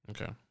Okay